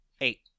Eight